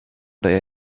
they